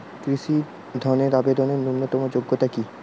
কৃষি ধনের আবেদনের ন্যূনতম যোগ্যতা কী?